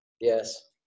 Yes